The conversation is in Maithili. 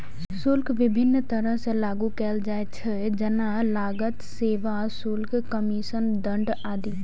शुल्क विभिन्न तरह सं लागू कैल जाइ छै, जेना लागत, सेवा शुल्क, कमीशन, दंड आदि